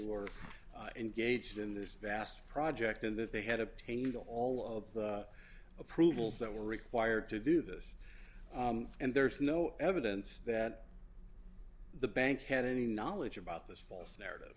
were engaged in this vast project and that they had obtained all of the approvals that were required to do this and there's no evidence that the bank had any knowledge about this false narrative